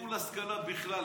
נטול השכלה בכלל.